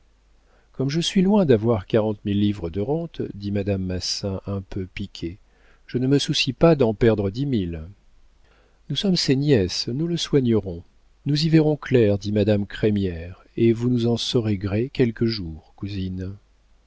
comme je suis loin d'avoir quarante mille livres de rentes dit madame massin un peu piquée je ne me soucie pas d'en perdre dix mille nous sommes ses nièces nous le soignerons nous y verrons clair dit madame crémière et vous nous en saurez gré quelque jour cousine